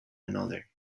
another